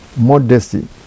modesty